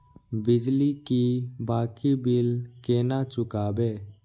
बिजली की बाकी बील केना चूकेबे?